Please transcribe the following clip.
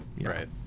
right